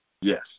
Yes